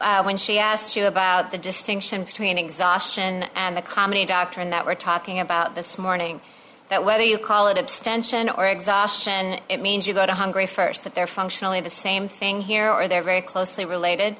sotomayor when she asked you about the distinction between exhaustion and the comedy doctrine that we're talking about this morning that whether you call it abstention or exhaustion it means you've got a hungry st that they're functionally the same thing here or they're very closely related